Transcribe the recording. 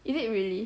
is it really